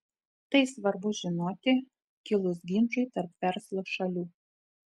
tai svarbu žinoti kilus ginčui tarp verslo šalių